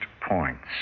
points